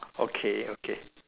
okay okay